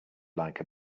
like